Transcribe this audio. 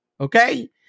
okay